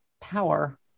power